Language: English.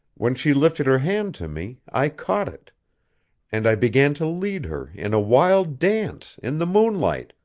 when she lifted her hand to me, i caught it and i began to lead her in a wild dance, in the moonlight,